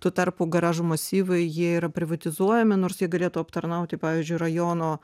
tuo tarpu garažų masyvai jie yra privatizuojami nors jie galėtų aptarnauti pavyzdžiui rajono